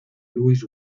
louis